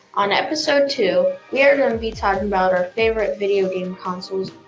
on episode two we are going to be talking about our favorite video game consoles.